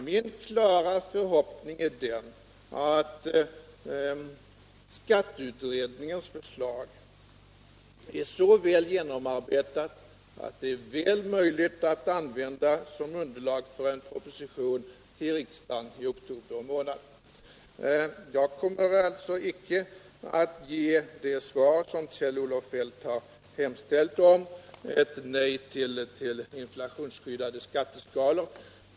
Min klara förhoppning är att skatteutredningens förslag är så väl genomarbetat att det är möjligt att använda som underlag för en proposition till riksdagen i oktober månad. Jag kommer alltså icke att ge det svar som Kjell-Olof Feldt hemställde om, ett nej till inflationsskyddade skatteskalor.